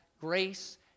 grace